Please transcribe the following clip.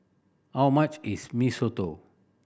how much is Mee Soto